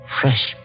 fresh